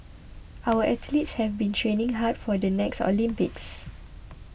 our athletes have been training hard for the next Olympics